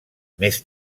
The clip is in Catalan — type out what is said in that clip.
més